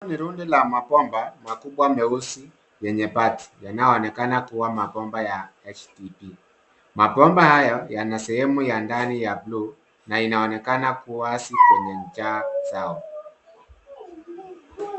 Hili ni rundo lenye mabomba makubwa meusi yenye bati yanayoonekana kuwa mabomba ya STV. Mabomba hayo yana sehemu ya ndani ya bluu na inaonekana kiasi kwenye ncha zao.